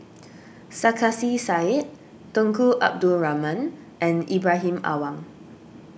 Sarkasi Said Tunku Abdul Rahman and Ibrahim Awang